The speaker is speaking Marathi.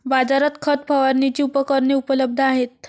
बाजारात खत फवारणीची उपकरणे उपलब्ध आहेत